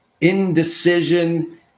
Indecision